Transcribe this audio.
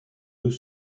eux